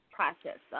Process